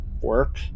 work